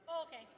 Okay